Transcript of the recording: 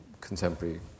contemporary